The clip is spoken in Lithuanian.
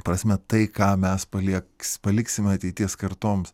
prasme tai ką mes palieks paliksime ateities kartoms